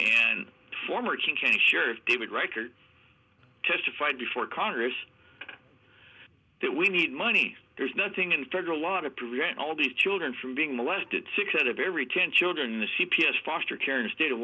and former team can sheriff david record testified before congress that we need money there's nothing in federal law to prevent all these children from being molested six out of every ten children in the c p s foster care and state of